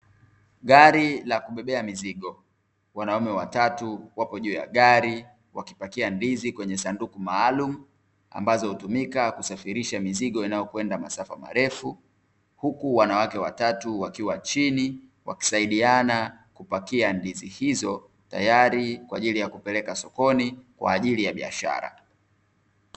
Gari la kubebea mizigo. Wanaume watatu wapo juu ya gari wakipakia ndizi kwenye sanduku maalumu ambazo hutumika kusafirisha mizigo inayokwenda masafa marefu, huku wanawake watatu wakiwa chini wakisaidiana kupakia ndizi hizo tayari kwa ajili ya kupeleka sokoni kwa ajili ya biashara.